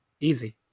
easy